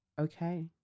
okay